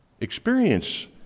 experience